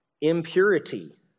impurity